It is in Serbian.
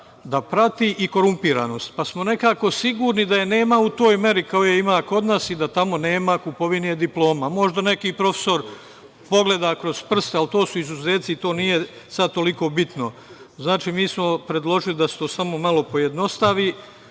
prati i korumpiranost, pa smo nekako sigurni da je nema u toj meri kao što je ima kod nas i da tamo nema kupovine diploma. Možda neki profesor pogleda kroz prste. To su izuzeci i to nije sad toliko bitno. Znači, mi smo predložili da se to pojednostavi. Gde